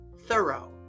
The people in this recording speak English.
thorough